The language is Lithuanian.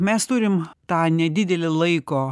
mes turim tą nedidelį laiko